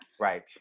Right